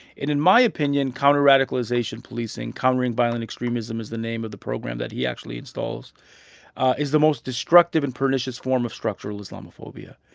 in in my opinion, counter-radicalization policing countering violent extremism is the name of the program that he actually installs is the most destructive and pernicious form of structural islamophobia.